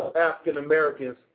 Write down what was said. African-Americans